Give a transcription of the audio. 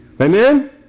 Amen